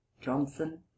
Johnson